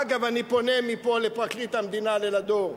אגב, אני פונה מפה לפרקליט המדינה, ללדור,